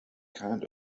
kind